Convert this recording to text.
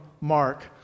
Mark